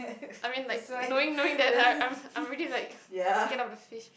I mean like knowing knowing that like I'm I'm really like scared of the fish